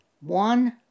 one